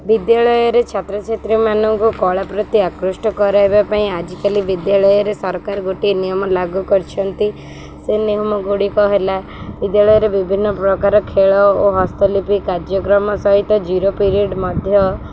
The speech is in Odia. ବିଦ୍ୟାଳୟରେ ଛାତ୍ରଛାତ୍ରୀମାନଙ୍କୁ କଳା ପ୍ରତି ଆକୃଷ୍ଟ କରାଇବା ପାଇଁ ଆଜିକାଲି ବିଦ୍ୟାଳୟରେ ସରକାର ଗୋଟିଏ ନିୟମ ଲାଗି କରିଛନ୍ତି ସେ ନିୟମଗୁଡ଼ିକ ହେଲା ବିଦ୍ୟାଳୟରେ ବିଭିନ୍ନ ପ୍ରକାର ଖେଳ ଓ ହସ୍ତଲିପି କାର୍ଯ୍ୟକ୍ରମ ସହିତ ଜିରୋ ପିରିଅଡ଼୍ ମଧ୍ୟ